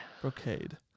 Brocade